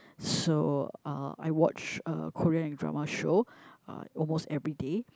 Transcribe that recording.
so uh I watch uh Korean and drama show uh almost everyday